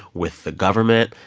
with the government.